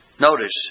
Notice